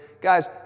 Guys